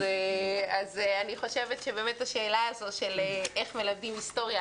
אני חושבת שהשאלה הזו של איך מלמדים היסטוריה,